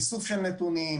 איסוף של נתונים,